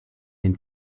den